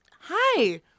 Hi